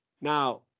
Now